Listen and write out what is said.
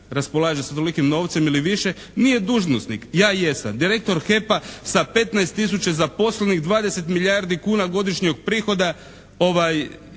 raspolaže sa tolikim novcem ili više nije dužnosnik. Ja jesam. Direktor HEP-a sa 15 tisuća zaposlenih, 20 milijardi kuna godišnjeg prihoda,